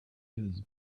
his